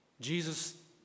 Jesus